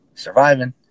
surviving